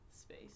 space